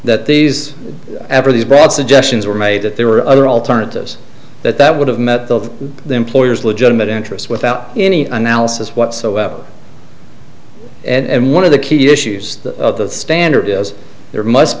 made that there were other alternatives that that would have met the employer's legitimate interests without any analysis whatsoever and one of the key issues that the standard is there must